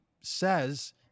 says